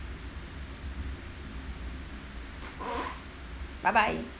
bye bye